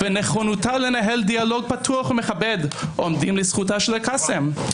ונכונותה לנהל דיאלוג פתוח ומכבד עומדים לזכותה של אל-קאסם.